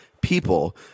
people